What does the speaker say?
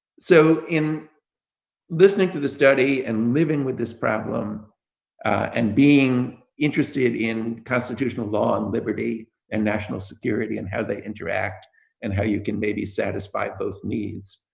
so, in listening to the study and living with this problem and being interested in constitutional law and liberty and national security and how they interact and how you can maybe satisfy both needs,